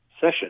session